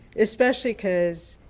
especially because,